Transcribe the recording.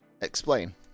explain